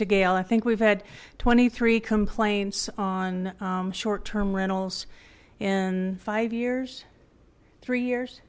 to gail i think we've had twenty three complaints on short term rentals in five years three years